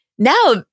Now